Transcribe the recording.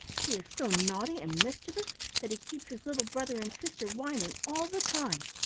he is so naughty and mischievous that he keeps his little brother and sister whining all the time.